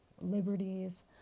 liberties